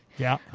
yeah.